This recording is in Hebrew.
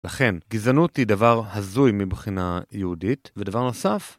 לכן, גזענות היא דבר הזוי מבחינה יהודית, ודבר נוסף...